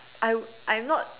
I would I'm not